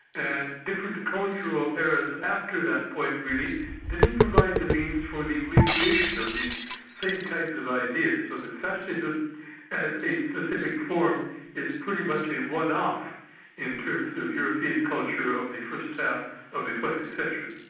and different cultural eras after that point really didn't provide the means for the re-creation of these same kinds of ideas. so fascism as a specific form is pretty much a one-off in terms of european culture of the first half of the twentieth century.